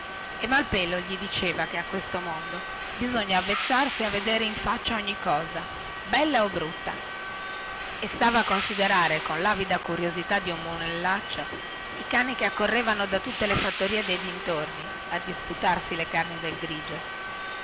e malpelo gli diceva che a questo mondo bisogna avvezzarsi a vedere in faccia ogni cosa bella o brutta e stava a considerare con lavida curiosità di un monellaccio i cani che accorrevano da tutte le fattorie dei dintorni a disputarsi le carni del grigio